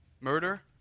murder